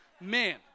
Man